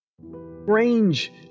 Range